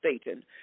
Staten